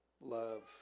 love